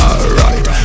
Alright